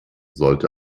sollte